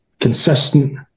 consistent